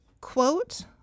quote